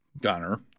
Gunner